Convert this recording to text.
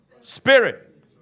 Spirit